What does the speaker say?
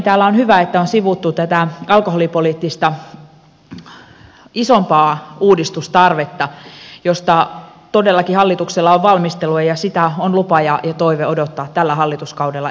laajemmin on hyvä että täällä on sivuttu tätä isompaa alkoholipoliittista uudistustarvetta josta todellakin hallituksella on valmistelua ja sitä on lupa ja toive odottaa tällä hallituskaudella eteenpäinvietäväksi